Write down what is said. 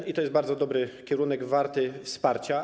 I to jest bardzo dobry kierunek, warty wsparcia.